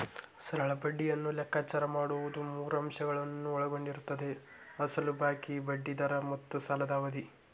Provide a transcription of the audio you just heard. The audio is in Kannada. ಸರಳ ಬಡ್ಡಿಯನ್ನು ಲೆಕ್ಕಾಚಾರ ಮಾಡುವುದು ಮೂರು ಅಂಶಗಳನ್ನು ಒಳಗೊಂಡಿರುತ್ತದೆ ಅಸಲು ಬಾಕಿ, ಬಡ್ಡಿ ದರ ಮತ್ತು ಸಾಲದ ಅವಧಿ